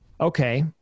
Okay